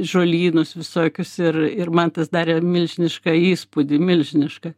žolynus visokius ir ir man tas darė milžinišką įspūdį milžinišką